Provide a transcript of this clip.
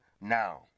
Now